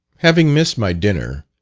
having missed my dinner,